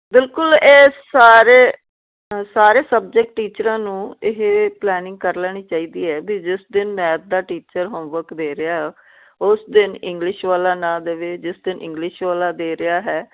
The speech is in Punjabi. ਬਿਲਕੁਲ ਇਹ ਸਾਰੇ ਸਾਰੇ ਸਬਜੈਕਟ ਟੀਚਰਾਂ ਨੂੰ ਇਹ ਪਲੈਨਿੰਗ ਕਰ ਲੈਣੀ ਚਾਹੀਦੀ ਹੈ ਵੀ ਜਿਸ ਦਿਨ ਮੈਥ ਦਾ ਟੀਚਰ ਹੋਮ ਵਰਕ ਦੇ ਰਿਹਾ ਉਸ ਦਿਨ ਇੰਗਲਿਸ਼ ਵਾਲਾ ਨਾ ਦਵੇ ਜਿਸ ਦਿਨ ਇੰਗਲਿਸ਼ ਵਾਲਾ ਦੇ ਰਿਹਾ ਹੈ